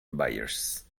buyers